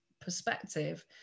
perspective